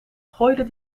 gooide